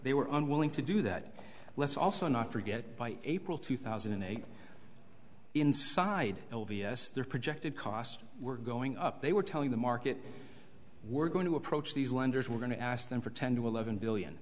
they were unwilling to do that let's also not forget by april two thousand and eight inside their projected costs were going up they were telling the market we're going to approach these lenders we're going to ask them for ten to eleven billion